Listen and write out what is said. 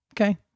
okay